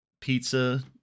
Pizza